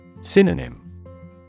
Synonym